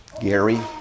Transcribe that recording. Gary